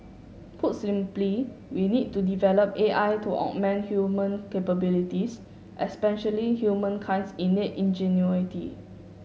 put simply we need to develop A I to augment human capabilities especially humankind's innate ingenuity